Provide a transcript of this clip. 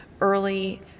early